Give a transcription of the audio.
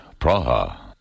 Praha